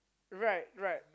right right